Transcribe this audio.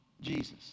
Jesus